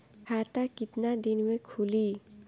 खाता कितना दिन में खुलि?